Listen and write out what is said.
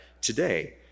today